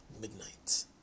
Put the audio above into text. midnight